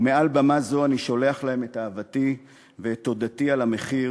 ומעל במה זו אני שולח להם את אהבתי ואת תודתי על המחיר